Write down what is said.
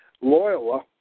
Loyola